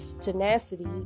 tenacity